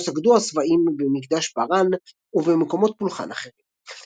לו סגדו הסבאים במקדש בראן ובמקומות פולחן אחרים.